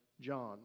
John